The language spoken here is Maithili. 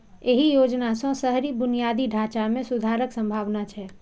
एहि योजना सं शहरी बुनियादी ढांचा मे सुधारक संभावना छै